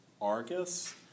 Argus